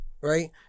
right